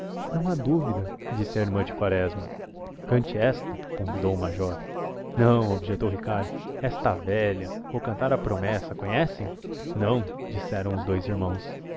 não há dúvida disse a irmã de quaresma cante esta convidou o major não objetou ricardo está velha vou cantar a promessa conhecem não disseram os dous irmãos